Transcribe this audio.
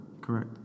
correct